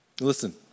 Listen